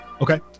Okay